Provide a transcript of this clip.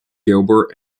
gilbert